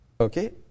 Okay